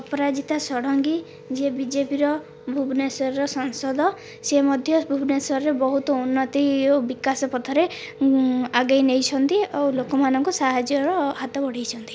ଅପରାଜିତା ଷଡ଼ଙ୍ଗୀ ଯିଏ ବିଜେପିର ଭୁବନେଶ୍ୱରର ସାଂସଦ ସେ ମଧ୍ୟ ଭୁବନେଶ୍ୱରରେ ବହୁତ ଉନ୍ନତି ଓ ବିକାଶ ପଥରେ ଆଗେଇ ନେଇଛନ୍ତି ଆଉ ଲୋକମାନଙ୍କୁ ସାହାଯ୍ୟର ହାତ ବଢ଼ାଇଛନ୍ତି